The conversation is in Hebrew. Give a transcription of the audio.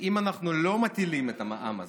שאם אנחנו לא מטילים את המע"מ הזה,